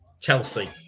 Chelsea